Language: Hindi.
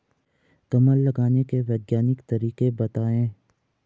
कमल लगाने के वैज्ञानिक तरीके बताएं?